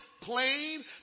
plain